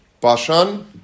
Bashan